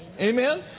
Amen